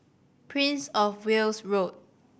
Prince Of Wales Road